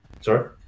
Sorry